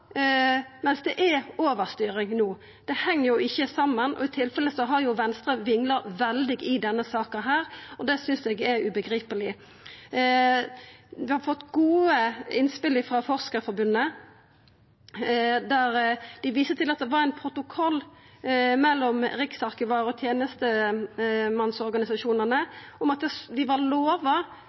mens det er overstyring no? Det heng ikkje saman. I så tilfelle har Venstre vingla veldig i denne saka, og det synest eg er ubegripeleg. Vi har fått gode innspel frå Forskerforbundet, der dei viser til at det var ein protokoll mellom Riksarkivaren og tenestemannsorganisasjonane om at dei var lova